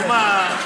נו, מה?